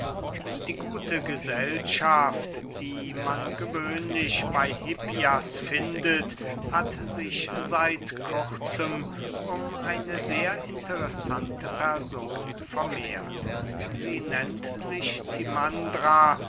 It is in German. die gute gesellschaft die man gewöhnlich bey hippias findet hat sich seit kurzem um eine sehr interessante person vermehrt sie nennt sich